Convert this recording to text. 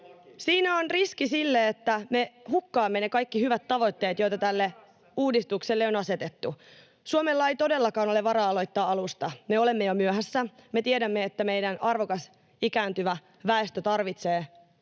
Siinä on riski sille, että me hukkaamme ne kaikki hyvät tavoitteet, joita tälle uudistukselle on asetettu. Suomella ei todellakaan ole varaa aloittaa alusta. Me olemme jo myöhässä. Me tiedämme, että meidän arvokas ikääntyvä väestö tarvitsee mahdollisuuden